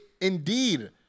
indeed